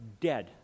dead